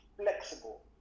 flexible